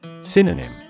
Synonym